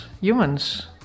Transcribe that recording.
humans